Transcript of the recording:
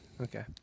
Okay